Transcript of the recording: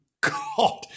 god